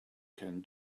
can